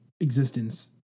existence